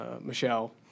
Michelle